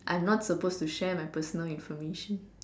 I'm not supposed to share my personal information